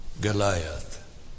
Goliath